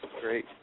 Great